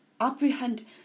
apprehend